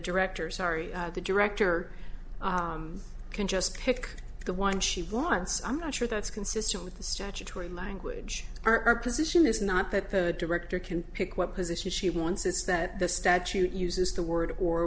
director sorry the director can just pick the one she wants i'm not sure that's consistent with the statutory language our position is not that the director can pick what position she wants it's that the statute uses the word or